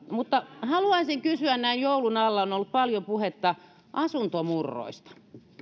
mutta haluaisin kysyä näin joulun alla on on ollut paljon puhetta asuntomurroista